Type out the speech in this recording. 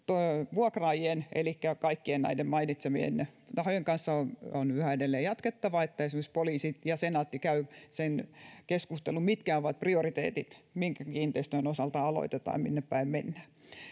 vuokraajien elikkä kaikkien näiden mainitsemienne tahojen kanssa on yhä edelleen jatkettava että esimerkiksi poliisi ja senaatti käyvät sen keskustelun mitkä ovat prioriteetit minkä kiinteistöjen osalta aloitetaan ja minnepäin mennään